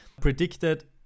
predicted